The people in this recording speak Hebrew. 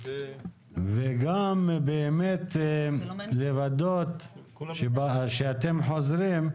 והתהיות, וגם באמת, כשאתם חוזרים,